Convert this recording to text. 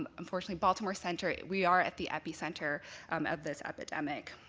um unfortunately baltimore center, we are at the epi center of this epidemic.